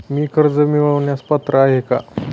मी कर्ज मिळवण्यास पात्र आहे का?